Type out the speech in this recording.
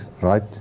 right